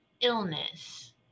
illness